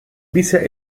bisher